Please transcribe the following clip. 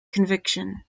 conviction